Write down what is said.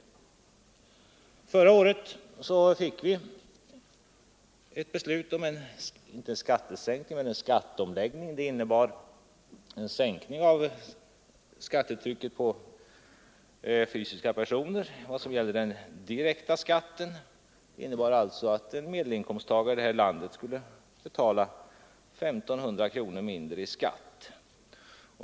Förra året fick vi ett beslut om en skatteomläggning. Det innebar en sänkning av skattetrycket på fysiska personer i vad gäller den direkta skatten. En medelinkomsttagare i landet skulle alltså betala 1 500 kronor mindre i skatt.